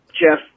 Jeff